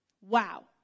wow